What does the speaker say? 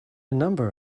number